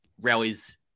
rallies